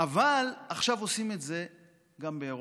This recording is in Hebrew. אבל עכשיו עושים את זה גם באירופה.